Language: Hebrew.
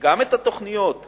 וגם את התוכניות שלנו,